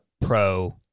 pro